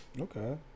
okay